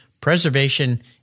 Preservation